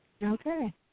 Okay